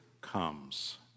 comes